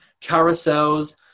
carousels